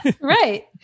Right